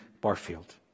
Barfield